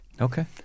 Okay